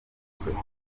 twe